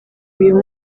uyu